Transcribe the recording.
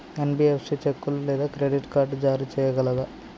NBFC చెక్కులు లేదా credit card జారీ చేయగలదా?